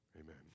Amen